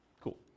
Cool